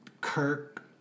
Kirk